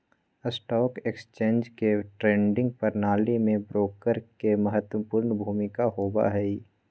stock exchange के trading प्रणाली में ब्रोकर के महत्वपूर्ण भूमिका होबा हई